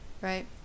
right